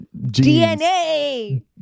DNA